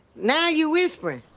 now you whispering!